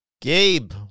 Gabe